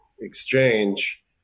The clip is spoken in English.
exchange